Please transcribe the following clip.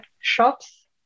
shops